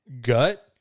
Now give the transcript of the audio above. gut